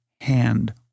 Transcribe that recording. hand